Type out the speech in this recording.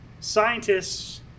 scientists